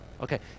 Okay